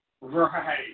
Right